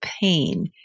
pain